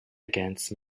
against